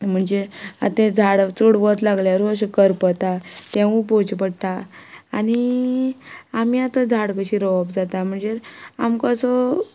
म्हणजे आतां तें झाड चड वत लागल्यारूय अशें करपता तें पळोवचें पडटा आनी आमी आतां झाड कशी रोवप जाता म्हणजे आमकां असो